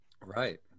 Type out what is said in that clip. right